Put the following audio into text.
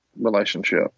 relationship